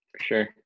sure